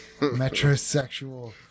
metrosexual